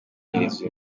ampereza